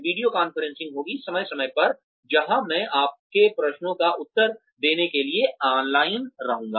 video conferencing होगी समय समय पर जहाँ मैं आपके प्रश्नों का उत्तर देने के लिए ऑनलाइन रहूँगा